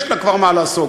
יש לה כבר מה לעשות.